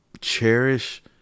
Cherish